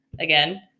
Again